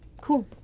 cool